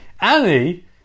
Annie